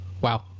Wow